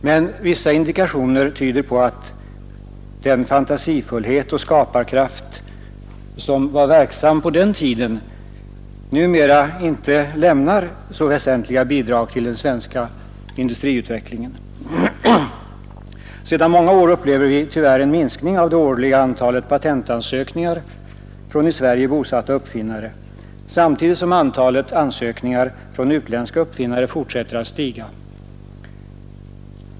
Men vissa indikationer tyder på att den fantasifullhet och skaparkraft som verkade på den tiden numera inte lämnar så väsentliga bidrag till den svenska industriutvecklingen. Sedan många år upplever vi tyvärr en minskning av det årliga antalet patentansökningar från i Sverige bosatta uppfinnare samtidigt som antalet ansökningar från utländska uppfinnare fortsätter att stiga.